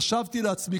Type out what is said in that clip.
חשבתי לעצמי,